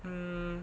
mm